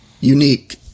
unique